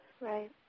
Right